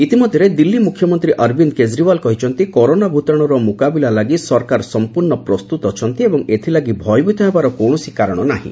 ଇତିମଧ୍ୟରେ ଦିଲ୍ଲୀ ମୁଖ୍ୟମନ୍ତ୍ରୀ ଅରବିନ୍ଦ କେଜିରିୱାଲ କହିଛନ୍ତି କରୋନା ଭୂତାଣୁର ମୁକାବିଲା ଲାଗି ସମ୍ପର୍ଣ୍ଣ ପ୍ରସ୍ତୁତ ରହିଛି ଏବଂ ଏଥିଲାଗି ଭୟଭୀତ ହେବାର କୌଣସି କାରଣ ନାହିଁ